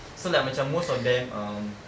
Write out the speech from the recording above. so like macam most of them um